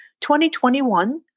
2021